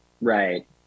Right